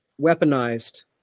weaponized